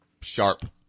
Sharp